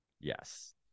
Yes